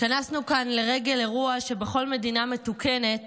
התכנסנו כאן לרגל אירוע שבכל מדינה מתוקנת